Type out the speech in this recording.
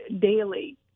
daily